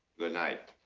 good night.